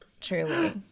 Truly